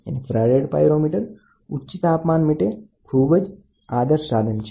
infrared pyrometer ઉચ્ચ તાપમાન માટે આદર્શ સાધન છે